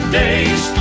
days